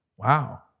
Wow